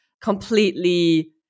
completely